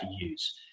use